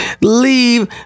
Leave